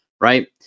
right